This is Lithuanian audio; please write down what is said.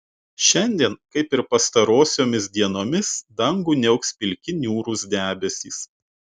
šiandien kaip ir pastarosiomis dienomis dangų niauks pilki niūrūs debesys